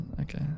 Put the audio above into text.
okay